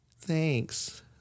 Thanks